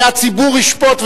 זה הציבור ישפוט,